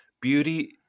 Beauty